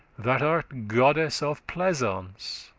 that art goddess of pleasance,